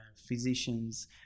physicians